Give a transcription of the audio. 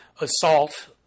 assault